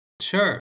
Sure